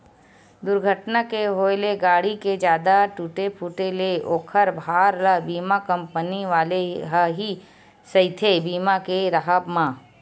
दूरघटना के होय ले गाड़ी के जादा टूटे फूटे ले ओखर भार ल बीमा कंपनी वाले ह ही सहिथे बीमा के राहब म